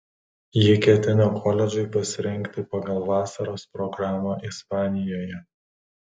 ji ketina koledžui pasirengti pagal vasaros programą ispanijoje